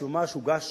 שהוא ממש הוגש,